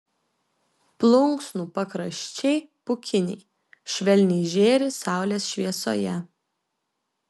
plunksnų pakraščiai pūkiniai švelniai žėri saulės šviesoje